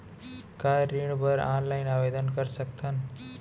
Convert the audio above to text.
का ऋण बर ऑनलाइन आवेदन कर सकथन?